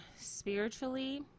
spiritually